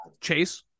chase